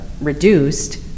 reduced